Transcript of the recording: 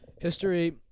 History